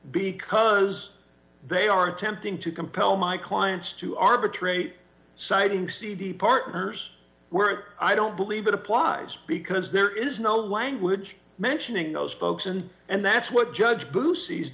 because they are attempting to compel my clients to arbitrate citing cd partners where i don't believe it applies because there is no language mentioning those folks and and that's what judge boo seized